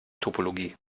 topologie